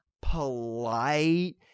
polite